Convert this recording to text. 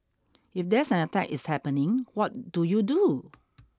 if there's an attack is happening what do you do